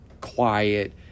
quiet